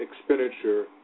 expenditure